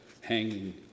hanging